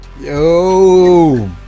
Yo